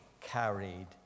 carried